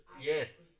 Yes